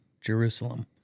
Jerusalem